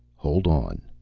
hold on.